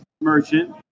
merchant